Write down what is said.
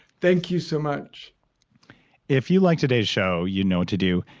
thank you so much if you liked today's show you know what to do.